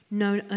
known